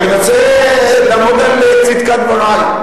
אני מנסה לעמוד על צדקת דברי.